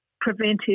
preventive